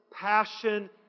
passion